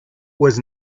was